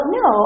no